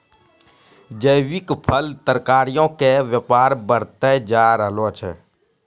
जैविक फल, तरकारीयो के व्यापार बढ़तै जाय रहलो छै